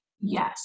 Yes